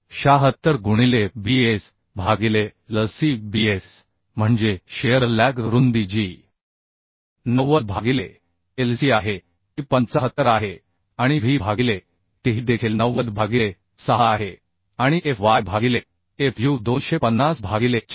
076 गुणिले Bs भागिले L c Bs म्हणजे शिअर लॅग रुंदी जी 90 भागिले Lc आहे ती 75 आहे आणि W भागिले T ही देखील 90 भागिले 6 आहे आणि Fy भागिले Fu 250 भागिले 4